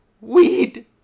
Weed